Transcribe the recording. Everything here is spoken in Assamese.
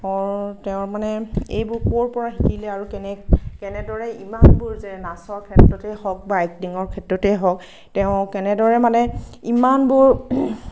তেওঁৰ তেওঁৰ মানে এইবোৰ ক'ৰ পৰা শিকিলে আৰু কেনে কেনেদৰে ইমানবোৰ যে নাচৰ ক্ষেত্ৰতে হওঁক বা এক্টিঙৰ ক্ষেত্ৰতে হওঁক তেওঁ কেনেদৰে মানে ইমানবোৰ